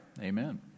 Amen